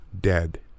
dead